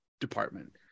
department